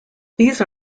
these